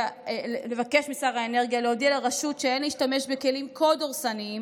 ולבקש משר האנרגיה להודיע לרשות שאין להשתמש בכלים כה דורסניים,